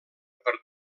per